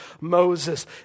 Moses